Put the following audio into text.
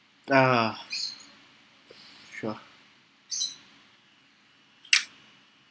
ah sure